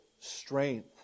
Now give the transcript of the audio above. strength